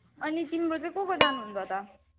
अनि तिम्रो चाहिँ को को जानुहुन्छ त